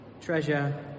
treasure